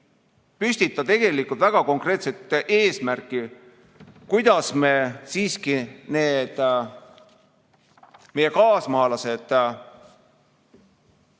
püstita väga konkreetset eesmärki, kuidas me siiski need meie kaasmaalased